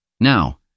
Now